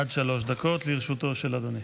עד שלוש דקות לרשותו של אדוני.